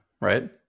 right